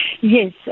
Yes